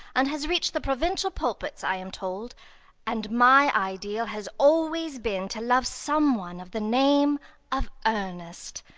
and has reached the provincial pulpits, i am told and my ideal has always been to love some one of the name of ernest.